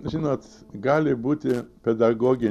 žinot gali būti pedagogi